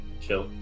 chill